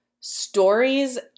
stories